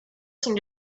seem